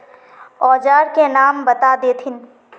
औजार के नाम बता देथिन?